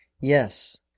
Yes